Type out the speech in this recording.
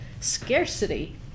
Scarcity